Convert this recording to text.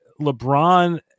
LeBron